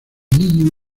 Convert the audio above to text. niño